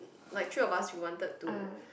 like three of us we wanted to